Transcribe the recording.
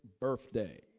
birthday